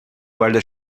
guarda